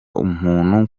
umuntu